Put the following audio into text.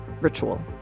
ritual